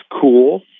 cool